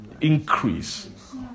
increase